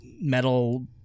metal